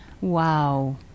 Wow